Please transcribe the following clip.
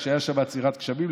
כשהייתה שם עצירת גשמים,